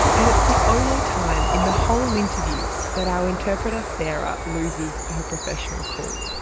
and it's the only time in the whole interview that our interpreter sarah loses her professional cool.